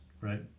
Right